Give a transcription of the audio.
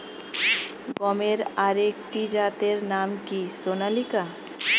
গমের আরেকটি জাতের নাম কি সোনালিকা?